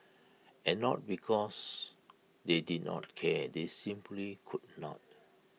and not because they did not care they simply could not